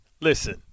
Listen